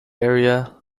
area